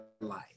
life